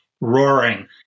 roaring